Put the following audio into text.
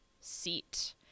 seat